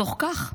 בתוך כך,